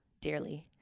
dearly